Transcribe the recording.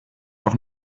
doch